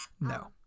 No